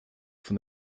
von